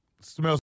smells